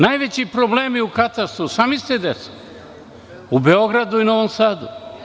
Najveći problemi u katastru, znate da su u Beogradu, Novom Sadu.